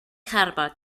harvard